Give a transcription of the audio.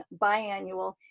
biannual